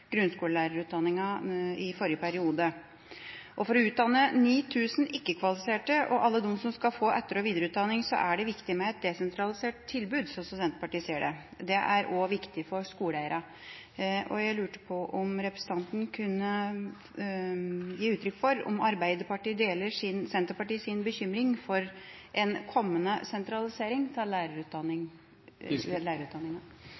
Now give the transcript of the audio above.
grunnskolelærerutdanninga i forrige periode. For å utdanne 9 000 ikke-kvalifiserte og alle dem som skal få etter- og videreutdanning, er det viktig med et desentralisert tilbud, slik Senterpartiet ser det. Det er også viktig for skoleeierne. Jeg lurer på om representanten kan gi uttrykk for om Arbeiderpartiet deler Senterpartiets bekymring for en kommende sentralisering av lærerutdanninga. For det første er jeg helt enig i at en god lærerutdanning